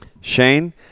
Shane